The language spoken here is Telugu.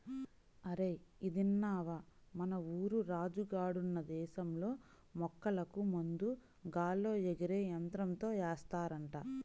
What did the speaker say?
అరేయ్ ఇదిన్నవా, మన ఊరు రాజు గాడున్న దేశంలో మొక్కలకు మందు గాల్లో ఎగిరే యంత్రంతో ఏస్తారంట